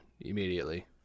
immediately